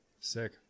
Sick